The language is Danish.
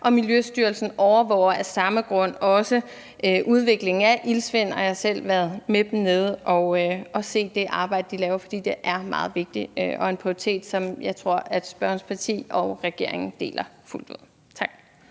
Og Miljøstyrelsen overvåger af samme grund også udviklingen af iltsvind, og jeg har selv været med dem nede for at se det arbejde, de laver, for det er meget vigtigt og en prioritet, som jeg tror at spørgerens parti og regeringen deler fuldt ud. Tak.